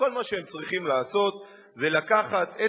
כל מה שהם צריכים לעשות זה לקחת את